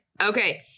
Okay